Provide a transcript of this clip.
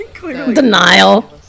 Denial